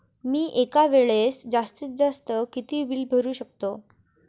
मी एका वेळेस जास्तीत जास्त किती बिल भरू शकतो?